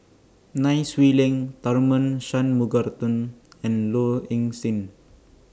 Nai Swee Leng Tharman and Low Ing Sing